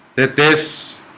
that this